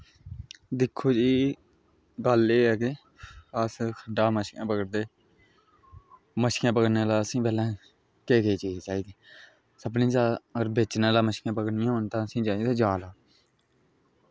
दिक्खो जी गल्ल एह् ऐ की अस खड्डा मच्छियां पकड़दे मच्छियां पकड़ने आह्ला असेंगी पैह्लें केह् केह् चाहिदा सभनें कशा अगर बेचने आह्ला मच्छियां पकड़नियां होन तां असेंगी चाहिदा जाला